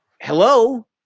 hello